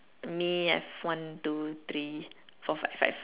me I have one two three four five five five